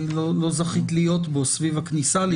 לא זכית להיות בו, סביב הכניסה לישראל.